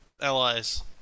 allies